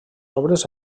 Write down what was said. obres